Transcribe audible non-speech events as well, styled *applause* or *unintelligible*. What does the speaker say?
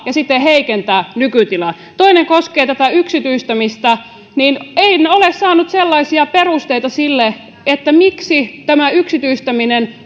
ja siten heikentää nykytilaa toinen koskee tätä yksityistämistä en ole saanut perusteita sille miksi yksityistäminen *unintelligible*